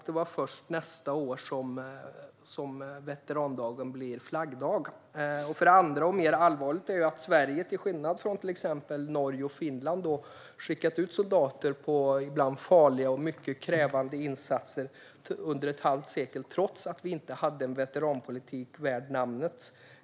Det var först året efter som veterandagen blev flaggdag. För det andra, vilket är mer allvarligt, skickade Sverige, till skillnad från till exempel Norge och Finland, ut soldater på ibland farliga och mycket krävande insatser under ett halvt sekel, trots att vi inte hade en veteranpolitik värd namnet.